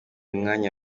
umwanya